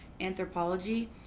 Anthropology